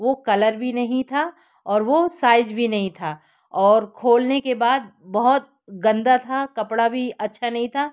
वो कलर भी नहीं था और वो साइज़ भी नहीं था और खोलने के बाद बहुत गंदा था कपड़ा भी अच्छा नहीं था